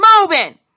moving